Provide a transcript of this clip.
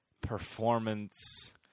performance